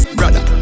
brother